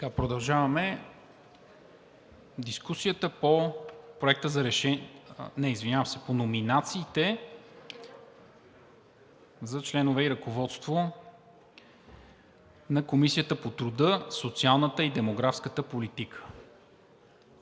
Продължаваме с номинациите за членове и ръководството на Комисията по труда, социалната и демографската политика.